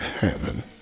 heaven